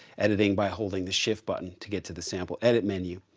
editing by holding the shift button to get to the sample edit menu.